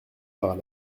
par